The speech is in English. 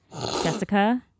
Jessica